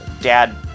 Dad